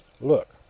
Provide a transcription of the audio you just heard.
Look